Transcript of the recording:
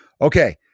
okay